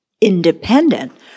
independent